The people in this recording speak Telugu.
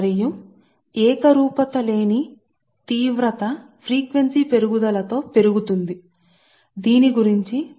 మరియు ఫ్రీక్వెన్సీ పెరుగుదల తో ఏకరూపత లేని డిగ్రీ పెరుగుతుంది